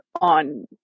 on